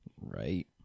Right